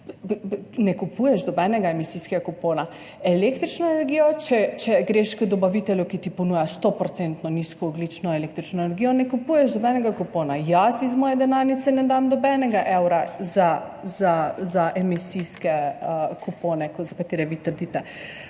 ne kupuješ nobenega emisijskega kupona. Električno energijo, če greš k dobavitelju, ki ti ponuja stoprocentno nizkoogljično električno energijo, ne kupuješ nobenega kupona. Jaz iz svoje denarnice ne dam nobenega evra za emisijske kupone, za katere vi trdite.